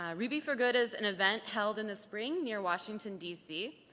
ah ruby for good is an event held in the spring near washington, dc.